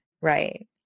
Right